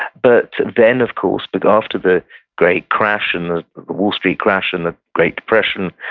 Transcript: but then of course, but after the great crash, and the the wall street crash and the great depression,